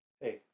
Hey